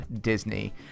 Disney